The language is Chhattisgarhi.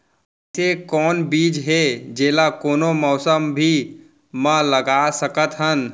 अइसे कौन बीज हे, जेला कोनो मौसम भी मा लगा सकत हन?